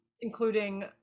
including